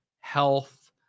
health